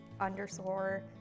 underscore